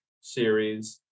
series